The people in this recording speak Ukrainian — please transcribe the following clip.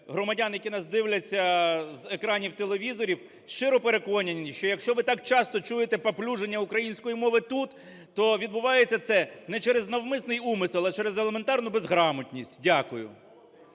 громадян, які нас дивляться з екранів телевізорів, щиро переконані, що якщо ви так часто чуєте паплюження української мови тут, то відбувається це не через навмисний умисел, а через елементарну безграмотність. Дякую.